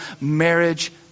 marriage